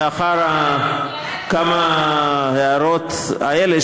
לאחר כמה הערות אלה,